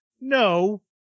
No